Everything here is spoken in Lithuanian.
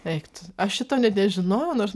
eik tu aš šito net nežinojau nors